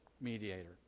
mediator